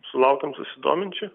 sulaukiam susidominčių